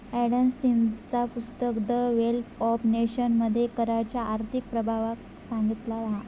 Adam स्मिथचा पुस्तक the wealth of nation मध्ये कराच्या आर्थिक प्रभावाक सांगितला हा